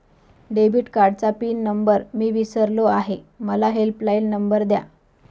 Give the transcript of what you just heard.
debit कार्डचा pin number मी विसरलो आहे मला हेल्पलाइन नंबर द्या